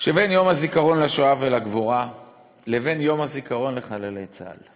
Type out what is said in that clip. שבין יום הזיכרון לשואה ולגבורה לבין יום הזיכרון לחללי צה"ל.